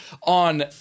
on